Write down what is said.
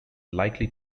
likely